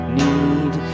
need